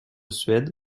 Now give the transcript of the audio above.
suède